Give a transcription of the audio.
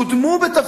אלא קודמו בתפקידם.